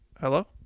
Hello